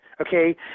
Okay